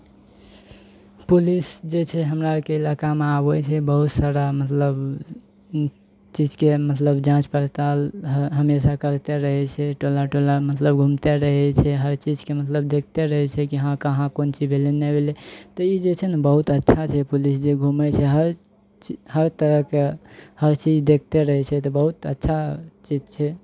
police जे छै हमरा आरके इलाकामे आबै छै बहुत सारा मतलब चीजके मतलब जाँच पड़ताल हमेशा करिते रहै छै टोला टोला मतलब घुमिते रहै छै हर चीजके मतलब देखिते रहै छै की हँ कहाँ कोन चीज भेलै नहि भेलै तऽ ई जे छै ने बहुत अच्छा छै पुलिस जे घूमै छै हर हर तरहके हर चीज देखिते रहै छै तऽ बहुत अच्छा चीज छै